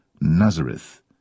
Nazareth